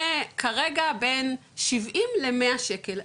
כרגע בין 70 ל-100 שקל,